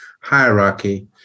hierarchy